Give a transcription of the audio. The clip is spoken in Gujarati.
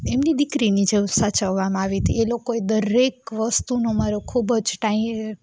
એમની દીકરીની જેમ સાચવામાં આવી હતી એ લોકોએ દરેક વસ્તુનો મારો ખૂબ જ ટાઈ